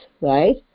right